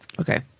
Okay